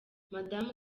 madame